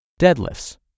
Deadlifts